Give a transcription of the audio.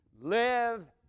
live